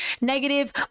negative